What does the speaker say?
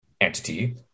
entity